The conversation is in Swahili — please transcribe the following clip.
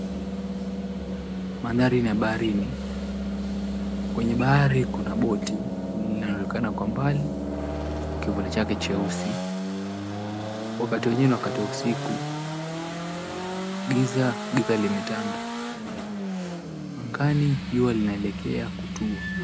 Mandhari ya baharini. Kwenye bahari kuna boti linaloonekana kwa mbali kwa kivuli chake cheusi. Wakati wenyewe ni wakati wa usiku, giza limetanda, angani jua linaelekea kutua.